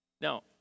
Now